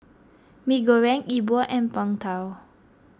Mee Goreng E Bua and Png Tao